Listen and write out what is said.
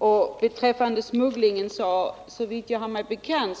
När det gäller smugglingen har — såvitt mig är bekant